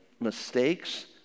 mistakes